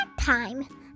time